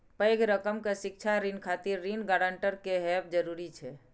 पैघ रकम के शिक्षा ऋण खातिर ऋण गारंटर के हैब जरूरी छै